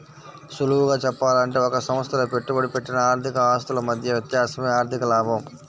సులువుగా చెప్పాలంటే ఒక సంస్థలో పెట్టుబడి పెట్టిన ఆర్థిక ఆస్తుల మధ్య వ్యత్యాసమే ఆర్ధిక లాభం